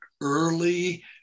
early